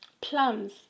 Plums